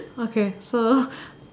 okay so